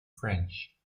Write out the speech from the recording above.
french